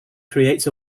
creates